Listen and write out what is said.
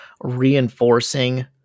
reinforcing